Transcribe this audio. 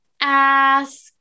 ask